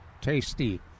tasty